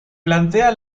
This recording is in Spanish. plantea